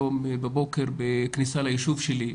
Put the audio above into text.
היום בבוקר בכניסה ליישוב שלי,